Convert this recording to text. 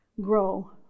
grow